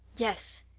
yes,